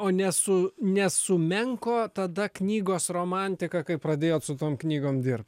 o ne su nes sumenko tada knygos romantika kai pradėjot su tom knygom dirbt